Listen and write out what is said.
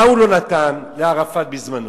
מה הוא לא נתן לערפאת בזמנו?